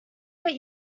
what